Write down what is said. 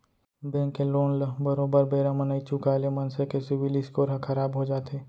bank के loan ल बरोबर बेरा म नइ चुकाय ले मनसे के सिविल स्कोर ह खराब हो जाथे